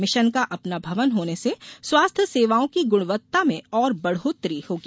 mission का अपना भवन होने से स्वास्थ्य सेवाओं की गुणवत्ता में और बढ़ौतरी होगी